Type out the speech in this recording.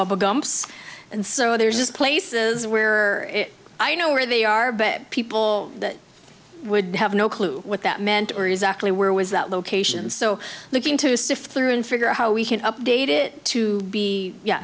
gump and so there's just places where i know where they are but people would have no clue what that meant or exactly where was that location so looking to sift through and figure out how we can update it to be